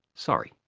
sorry.